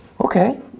Okay